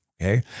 Okay